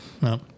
no